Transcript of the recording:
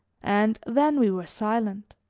and then we were silent,